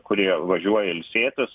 kurie važiuoja ilsėtis